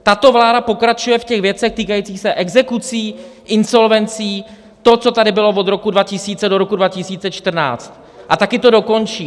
Tato vláda pokračuje ve věcech týkajících se exekucí, insolvencí, to, co tady bylo od roku 2000 do roku 2014, a taky to dokončí.